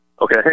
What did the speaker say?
Okay